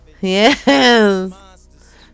Yes